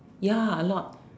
ya a lot